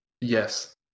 Yes